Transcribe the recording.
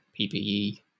PPE